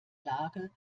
lage